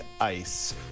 Ice